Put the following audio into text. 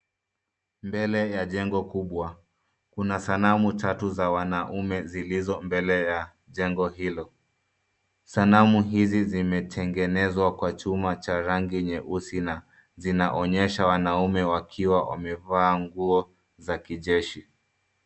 Mbele ya jengo kubwa, kuna sanamu tatu za wanaume zilizo mbele ya jengo hilo. Sanamu hizi zimetengenezwa Kwa chuma cha rangi nyeusi na zinaonyesha wanaume wakiwa wamevaa nguo za kijeshi.